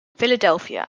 philadelphia